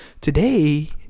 Today